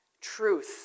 truth